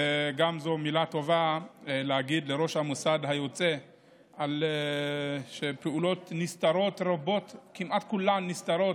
להגיד גם מילה טובה לראש המוסד היוצא על פעולות שכמעט כולן נסתרות,